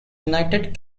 united